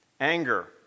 Anger